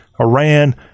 Iran